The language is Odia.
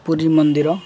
ପୁରୀ ମନ୍ଦିର